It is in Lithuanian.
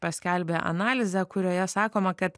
paskelbė analizę kurioje sakoma kad